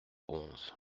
onze